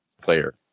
player